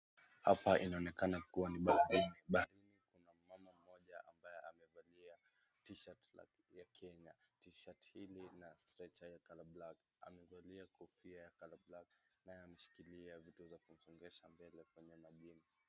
Hapa inaonekana kuwa ni baharini. Baharini kuna mama mmoja ambaye amevalia t-shirt ya Kenya. T-shirt hili na stretcher ya color black . Amevalia kofia ya color black . Naye ameshikilia vitu za kumsongesha mbele kwenye majini.